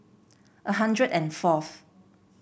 a hundred and fourth